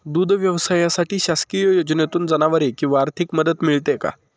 दूध व्यवसायासाठी शासकीय योजनेतून जनावरे किंवा आर्थिक मदत मिळते का?